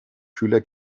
schüler